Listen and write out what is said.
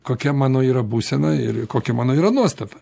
kokia mano yra būsena ir kokia mano yra nuostata